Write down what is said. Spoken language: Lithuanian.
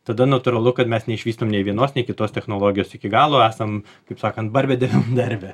tada natūralu kad mes neišvystom nei vienos nei kitos technologijos iki galo esam kaip sakant barbė devyndarbė